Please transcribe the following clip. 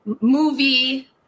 movie